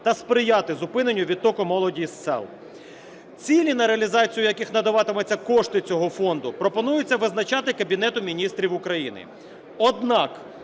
та сприяти зупиненню відтоку молоді із сіл. Цілі, на реалізацію яких надаватимуться кошти цього фонду, пропонується визначати Кабінету Міністрів України.